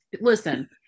Listen